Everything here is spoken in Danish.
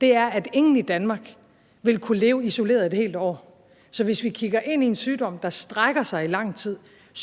ved, er, at ingen i Danmark vil kunne leve isoleret i et helt år. Så hvis vi kigger ind i en sygdom, der strækker sig over lang tid,